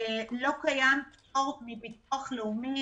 לא קיים מביטוח לאומי.